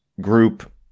group